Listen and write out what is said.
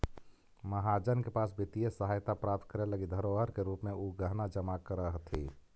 महाजन के पास वित्तीय सहायता प्राप्त करे लगी धरोहर के रूप में उ गहना जमा करऽ हथि